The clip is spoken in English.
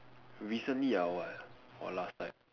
recently or what or last time